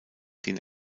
den